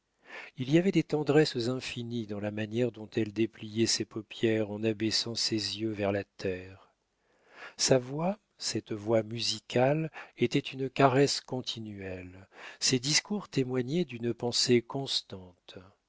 il y avait des tendresses infinies dans la manière dont elle dépliait ses paupières en abaissant ses yeux vers la terre sa voix cette voix musicale était une caresse continuelle ses discours témoignaient d'une pensée constante